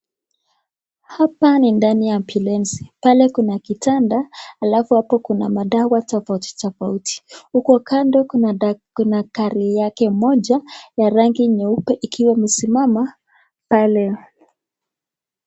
Hapa ni ndani ya ambulance . Pale kuna kitanda alafu hapo kuna madawa tofauti tofauti. Huku kando kuna gari yake moja ya rangi nyeupe ikiwa imesimama pale.